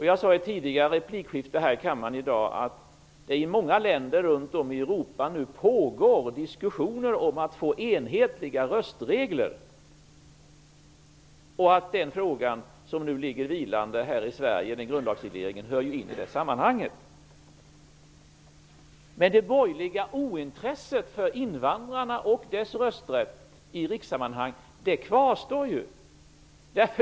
Jag sade i ett tidigare replikskifte här i kammaren i dag att det i många länder runt om i Europa nu pågår diskussioner om att få enhetliga röstregler och att frågan om grundlagsreglering, som nu ligger vilande här i Sverige, hänger samman med det. Men det borgerliga ointresset för invandrarna och deras rösträtt i rikssammanhang kvarstår.